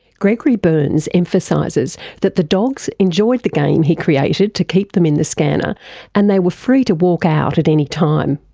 gregory berns emphasises that the dogs enjoyed the game he created to keep them in the scanner and they were free to walk out at any time,